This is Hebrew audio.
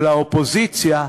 של האופוזיציה,